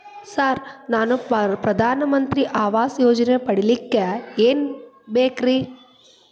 Sir ನಾನು ಪ್ರಧಾನ ಮಂತ್ರಿ ಆವಾಸ್ ಯೋಜನೆ ಪಡಿಯಲ್ಲಿಕ್ಕ್ ಏನ್ ಏನ್ ಬೇಕ್ರಿ?